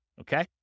Okay